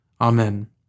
Amen